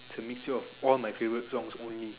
it's a mixture of all my favourite songs only